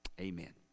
amen